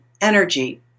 energy